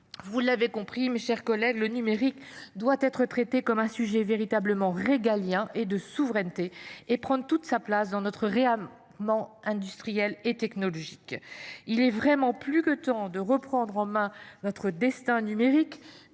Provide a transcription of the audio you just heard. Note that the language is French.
Vous l’avez compris, mes chers collègues, le numérique doit être traité comme un sujet régalien, de souveraineté, et prendre toute sa place dans notre réarmement industriel et technologique. Il est vraiment plus que temps de reprendre en main notre destin numérique,